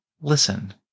listen